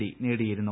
D നേടിയിരുന്നു